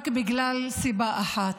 רק בגלל סיבה אחת,